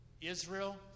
Israel